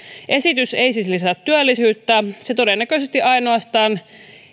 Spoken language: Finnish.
esitys ei siis lisää työllisyyttä se todennäköisesti ainoastaan